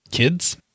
Kids